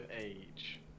age